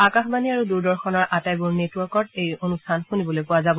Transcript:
আকাশবাণী আৰু দূৰদৰ্শনৰ আটাইবোৰ নেটৱৰ্কত এই অনুষ্ঠান শুনিবলৈ পোৱা যাব